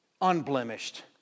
unblemished